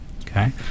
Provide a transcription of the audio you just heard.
Okay